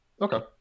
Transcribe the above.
okay